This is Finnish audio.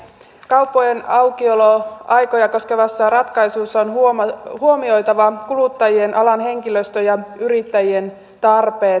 kauppojen aukioloaikoja koskevissa ratkaisuissa on huomioitava kuluttajien alan henkilöstön ja yrittäjien tarpeet